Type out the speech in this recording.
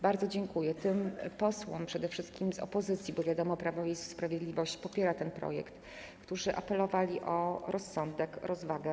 Bardzo dziękuję tym posłom, przede wszystkim z opozycji, bo wiadomo, Prawo i Sprawiedliwość popiera ten projekt, którzy apelowali o rozsądek i rozwagę.